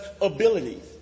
abilities